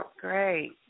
Great